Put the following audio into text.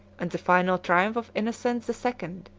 and the final triumph of innocence the second,